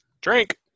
Drink